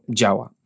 działa